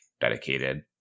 dedicated